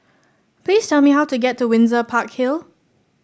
please tell me how to get to Windsor Park Hill